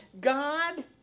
God